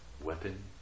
weapon